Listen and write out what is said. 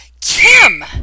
Kim